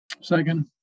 Second